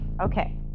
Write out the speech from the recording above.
Okay